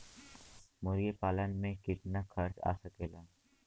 मुर्गी पालन में कितना खर्च आ सकेला?